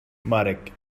marek